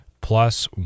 plus